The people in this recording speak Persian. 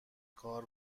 کار